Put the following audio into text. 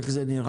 איך זה נראה?